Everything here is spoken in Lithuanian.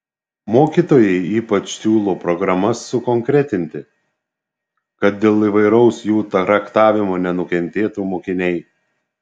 mokytojai ypač siūlo programas sukonkretinti kad dėl įvairaus jų traktavimo nenukentėtų mokiniai